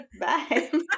Bye